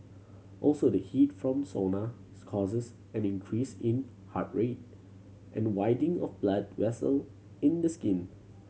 also the heat from sauna causes an increase in heart rate and widening of blood vessel in the skin